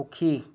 সুখী